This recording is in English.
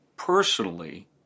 Personally